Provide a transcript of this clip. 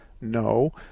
no